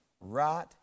right